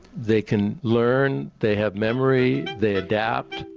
they can learn, they have memory, they adapt.